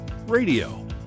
radio